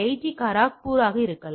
D கரக்பூராக இருக்கலாம்